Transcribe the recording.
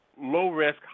low-risk